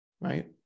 right